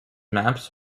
maps